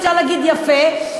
אפשר להגיד: יפה,